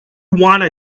wanna